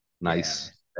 Nice